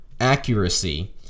accuracy